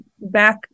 back